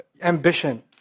ambition